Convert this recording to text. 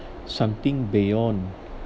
something beyond